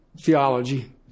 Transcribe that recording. theology